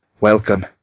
Welcome